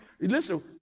Listen